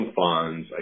funds